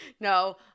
No